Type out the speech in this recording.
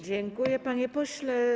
Dziękuję, panie pośle.